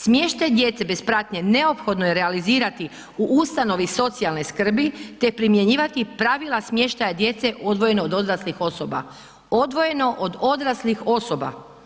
Smještaj djece bez pratnje neophodno je realizirati u ustanovi socijalne skrbi, te primjenjivati pravila smještaja djece odvojene od odraslih osoba, odvojeno od odraslih osoba.